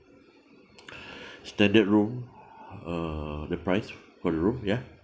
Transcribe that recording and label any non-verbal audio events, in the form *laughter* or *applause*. *breath* standard room uh the price for the room ya